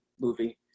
movie